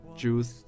juice